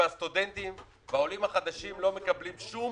הסטודנטים והעולים החדשים לא מקבלים שום